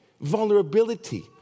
vulnerability